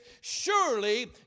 Surely